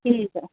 ਠੀਕ ਹੈ